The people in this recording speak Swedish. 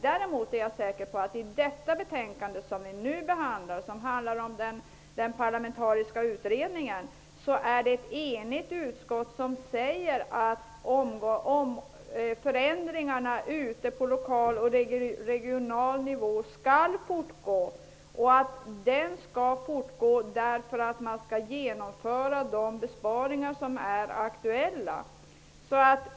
Däremot är jag säker på att det i det betänkande vi nu behandlar, som handlar om den parlamentariska utredningen, är ett enigt utskott som säger att förändringarna ute på lokal och regional nivå skall fortgå och att de skall fortgå därför att man skall genomföra de besparingar som är aktuella.